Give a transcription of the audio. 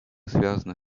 связаны